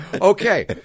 Okay